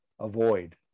avoid